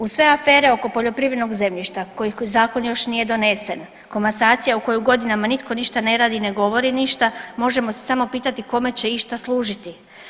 Uz sve afere oko poljoprivrednog zemljišta koji zakon još nije donesen, komasacija u kojoj godinama nitko ništa ne radi, ne govori ništa možemo se samo pitati kome će išta služiti.